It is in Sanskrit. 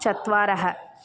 चत्वारः